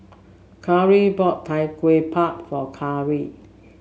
Kyara bought Tau Kwa Pau for Kyara